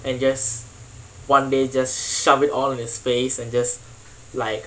and just one day just shove it all in his face and just like